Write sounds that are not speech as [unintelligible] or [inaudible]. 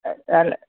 [unintelligible]